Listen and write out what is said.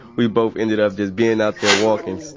we both ended up just bein' out there walkin'. so